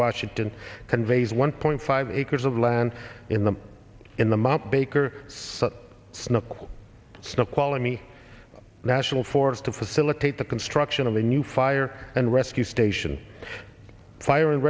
washington conveys one point five acres of land in the in the mt baker snow still calling me that actual force to facilitate the construction of a new fire and rescue station fire and